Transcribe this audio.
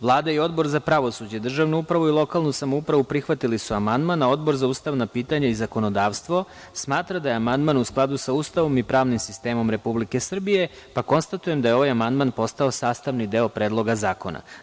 Vlada i Odbora za pravosuđe, državnu upravu i lokalnu samoupravu prihvatili su amandman, a Odbor za ustavna pitanja i zakonodavstvo smatra da je amandman u skladu sa Ustavom i pravnim sistemom Republike Srbije, pa konstatujem da je ovaj amandman postao sastavni deo Predloga zakona.